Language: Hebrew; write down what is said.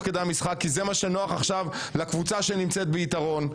כדי המשחק כי זה מה שנוח עכשיו לקבוצה שנמצאת ביתרון.